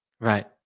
Right